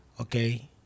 okay